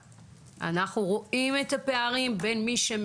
אנחנו רואים את הפערים בין מי שהם